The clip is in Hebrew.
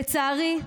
לצערי,